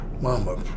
Mama